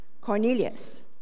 Cornelius